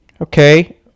Okay